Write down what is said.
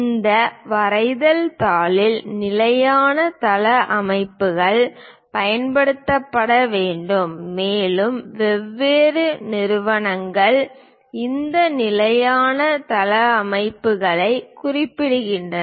இந்த வரைதல் தாளில் நிலையான தளவமைப்புகள் பயன்படுத்தப்பட வேண்டும் மேலும் வெவ்வேறு நிறுவனங்கள் இந்த நிலையான தளவமைப்புகளைக் குறிப்பிடுகின்றன